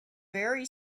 very